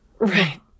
Right